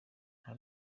nta